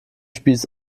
spieß